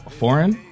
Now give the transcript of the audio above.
foreign